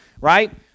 right